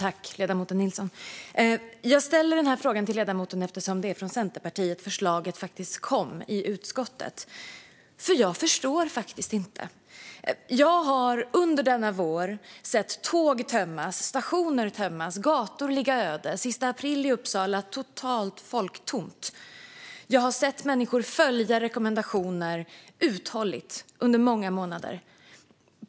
Fru talman! Jag ställer min fråga till ledamoten Nilsson eftersom det var från Centerpartiet som förslaget kom i utskottet. Jag förstår faktiskt inte. Jag har under denna vår sett tåg tömmas, stationer tömmas och gator ligga öde. Sista april i Uppsala var det totalt folktomt. Jag har sett människor följa rekommendationer uthålligt under många månader.